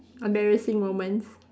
embarrassing moments